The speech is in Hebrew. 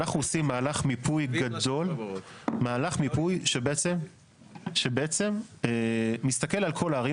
אנחנו עושים מהלך מיפוי גדול שבעצם מסתכל על כל הערים